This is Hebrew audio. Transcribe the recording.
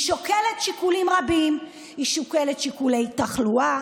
היא שוקלת שיקולים רבים: היא שוקלת שיקולי תחלואה,